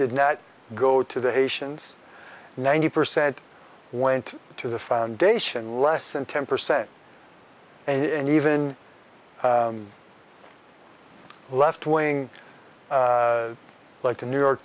did not go to the haitians ninety percent went to the foundation less than ten percent and even the left wing like the new york